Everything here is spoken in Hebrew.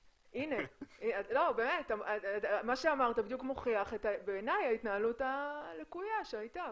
מה שאמרת בדיוק מוכיח בעיני את ההתנהלות הלקויה שהייתה,